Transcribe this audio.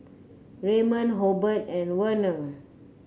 Raymon Hobert and Werner